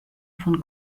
von